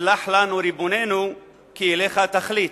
סלח לנו, ריבוננו, כי אליך התכלית.